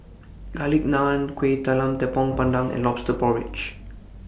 Garlic Naan Kuih Talam Tepong Pandan and Lobster Porridge